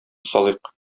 салыйк